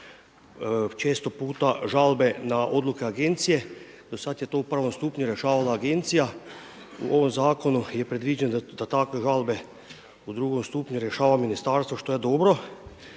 često puta žalbe na odluke agencije. Do sada je to u prvom stupnju rješavala agencija, u ovom zakonu je predviđeno da takve žalbe u drugom stupu rješava ministarstvo, što je dobro.